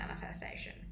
manifestation